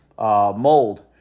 mold